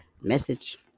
Message